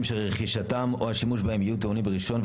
המיוחדים שרכישתם או השימוש בהם יהיו טעונים ברישיון,